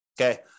Okay